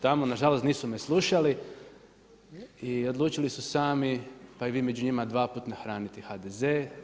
Tamo na žalost nisu me slušali i odlučili su sami, pa i vi među njima dvaput nahraniti HDZ.